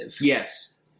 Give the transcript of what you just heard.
Yes